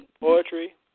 poetry